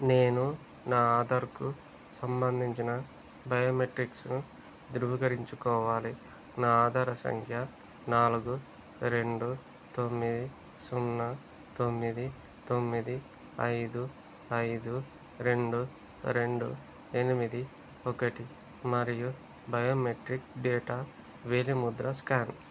నేను నా ఆధార్కు సంబంధించిన బయోమేట్రిక్స్ను ధృవీకరించుకోవాలి నా ఆధార్ సంఖ్య నాలుగు రెండు తొమ్మిది సున్నా తొమ్మిది తొమ్మిది ఐదు ఐదు రెండు రెండు ఎనిమిది ఒకటి మరియు బయోమెట్రిక్ డేటా వేలిముద్ర స్కాన్